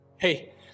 Hey